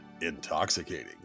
intoxicating